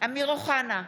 אמיר אוחנה,